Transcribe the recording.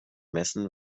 messen